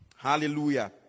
Hallelujah